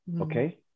okay